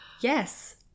yes